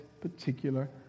particular